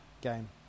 game